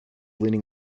leaning